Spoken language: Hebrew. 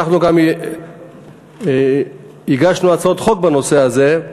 אנחנו גם הגשנו הצעות חוק בנושא הזה.